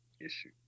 issue